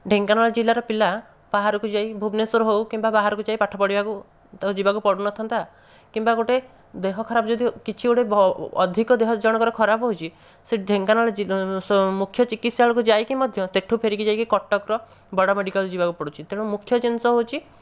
ଢେଙ୍କାନାଳ ଜିଲ୍ଲାର ପିଲା ବାହାରକୁ ଯାଇ ଭୁବନେଶ୍ୱର ହେଉ କିମ୍ବା ବାହାରକୁ ଯାଇ ପାଠ ପଢିବାକୁ ତ ଯିବାକୁ ପଡ଼ିନଥାନ୍ତା କିମ୍ବା ଗୋଟିଏ ଦେହ ଖରାପ ଯଦି କିଛି ଗୋଟିଏ ଅଧିକ ଦେହ ଜଣଙ୍କର ଖରାପ ହେଉଛି ସେ ଢେଙ୍କାନାଳ ମୁଖ୍ୟ ଚିକିତ୍ସାଳୟକୁ ଯାଇକି ମଧ୍ୟ ସେଇଠୁ ଫେରିକି ଯାଇକି କଟକର ବଡ଼ ମେଡ଼ିକାଲ ଯିବାକୁ ପଡ଼ୁଛି ତେଣୁ ମୁଖ୍ୟ ଜିନିଷ ହେଉଛି